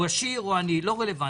עשיר או עני; העניין הזה לא רלוונטי.